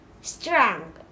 Strong